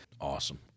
Awesome